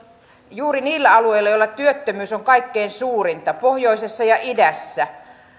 juuri niillä alueilla joilla työttömyys on kaikkein suurinta pohjoisessa ja idässä